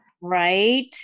right